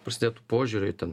prasidėtų požiūriai ten